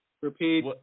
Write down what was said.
Repeat